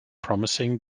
promising